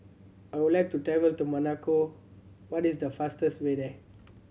I would like to travel to Monaco what is the fastest way there